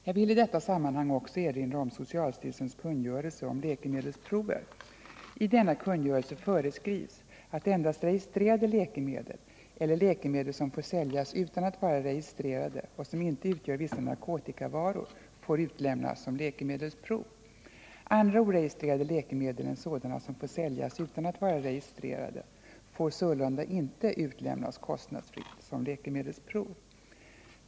Jag vill i detta sammanhang också erinra om socialstyrelsens kungörelse om läkemedelsprover. I denna kungörelse föreskrivs att endast registrerade läkemedel eller läkemedel som får säljas utan att vara registrerade och som inte utgör vissa narkotikavaror får utlämnas som läkemedelsprov. Andra oregistrerade läkemedel än sådana som får säljas utan att vara registrerade får sålunda inte utlämnas kostnadsfritt som läkemedelsprov.